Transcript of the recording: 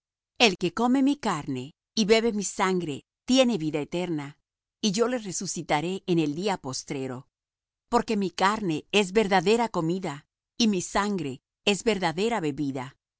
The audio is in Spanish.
el que come mi carne y bebe mi sangre tiene vida eterna y yo le resucitaré en el día postrero porque mi carne es verdadera comida y mi sangre es verdadera bebida